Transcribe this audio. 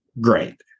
Great